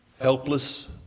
Helpless